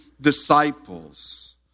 disciples